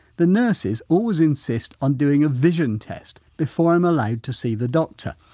the nurses always insist on doing a vision test before i'm allowed to see the doctor.